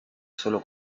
sólo